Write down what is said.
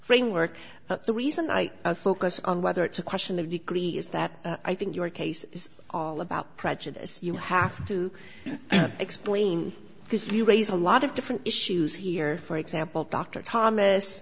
framework but the reason i focus on whether it's a question of degree is that i think your case is all about prejudice you have to explain because you raise a lot of different issues here for example dr thomas